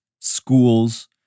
schools